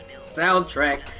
soundtrack